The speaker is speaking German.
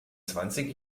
zwanzig